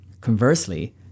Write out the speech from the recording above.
Conversely